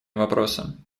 вопросом